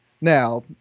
Now